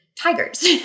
tigers